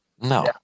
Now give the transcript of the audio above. No